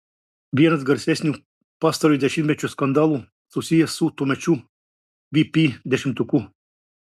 vienas garsesnių pastarojo dešimtmečio skandalų susijęs su tuomečiu vp dešimtuku